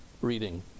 reading